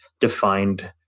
defined